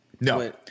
No